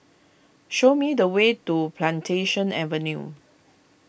show me the way to Plantation Avenue